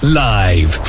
live